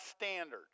standard